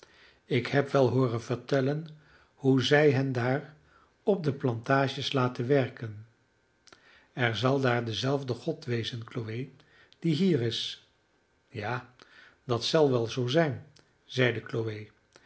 ik heb wel hooren vertellen hoe zij hen daar op de plantages laten werken er zal daar dezelfde god wezen chloe die hier is ja dat zal wel zoo zijn zeide chloe